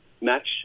match